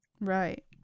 Right